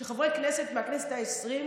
עם חברי הכנסת מהכנסת העשרים,